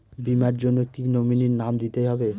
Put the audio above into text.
বীমার জন্য কি নমিনীর নাম দিতেই হবে?